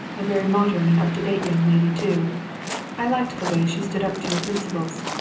a very modern and up-to-date young lady, too i liked the way she stood up to your principals.